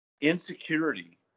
Insecurity